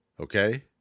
okay